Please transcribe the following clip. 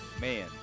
Man